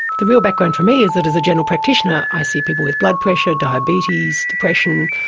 the real background for me is that as a general practitioner i see people with blood pressure, diabetes, depression,